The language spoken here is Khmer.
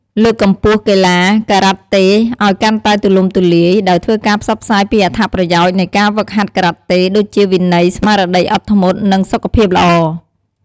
លើកកម្ពស់កីឡាការ៉ាតេឲ្យកាន់តែទូលំទូលាយ ដោយធ្វើការផ្សព្វផ្សាយពីអត្ថប្រយោជន៍នៃការហ្វឹកហាត់ការ៉ាតេ ដូចជាវិន័យ ស្មារតីអត់ធ្មត់ និងសុខភាពល្អ។